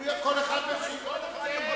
חבר הכנסת אורון,